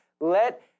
let